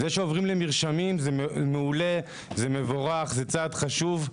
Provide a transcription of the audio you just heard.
זה שעוברים למרשמים זה מעולה ומבורך; זהו צעד חשוב,